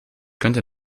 könnte